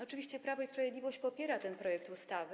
Oczywiście Prawo i Sprawiedliwość popiera ten projekt ustawy.